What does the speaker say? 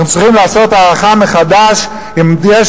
אנחנו צריכים לעשות הערכה מחדש אם יש